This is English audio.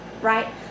right